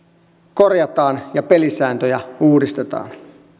korjataan ja pelisääntöjä uudistetaan